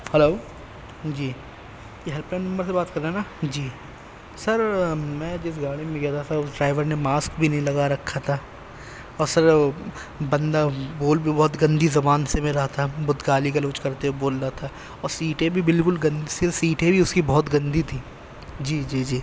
hello جی یہ helpline number سے بات کر رہے ہیں نا جی سر میں جس گاڑی میں گیا تھا سر اس ڈائیور نے ماسک بھی نہیں لگا رکھا تھا اور سر بندہ بول بھی بہت گندی زبان سے میں رہا تھا بہت گالی گلوج کرتے ہوئے بول رہا تھا اور سیٹیں بھی بالکل گندی سی سیٹیں بھی اس کی بہت گندی تھیں جی جی جی